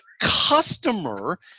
customer